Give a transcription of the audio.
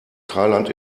thailand